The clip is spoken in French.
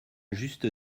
juste